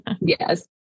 yes